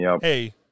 Hey